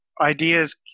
ideas